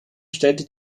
stellte